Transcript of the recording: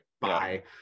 bye